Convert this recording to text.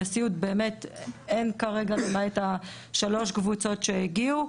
בסיעוד באמת אין כרגע, למעט שלוש הקבוצות שהגיעו.